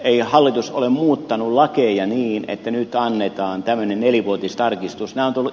ei hallitus ole muuttanut lakeja niin että nyt annetaan tämmöinen nelivuotistarkistus